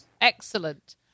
Excellent